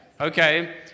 Okay